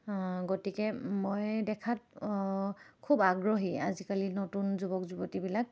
গতিকে মই দেখাত খুব আগ্ৰহী আজিকালি নতুন যুৱক যুৱতীবিলাক